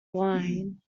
wine